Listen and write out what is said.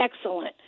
excellent